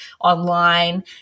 online